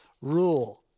rule